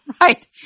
right